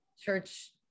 church